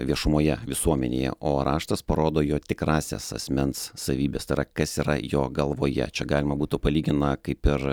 viešumoje visuomenėje o raštas parodo jo tikrąsias asmens savybes tai yra kas yra jo galvoje čia galima būtų palygit na kaip ir